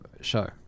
show